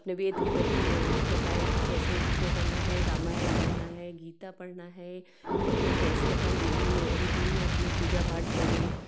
अपने वेद के प्रति उनको बताए कि कैसे क्या करना है रामायण पढ़ना है गीता पढ़ना है घर में कैसे अपन डेली में रूटीन में अपनी पूजा पाठ करें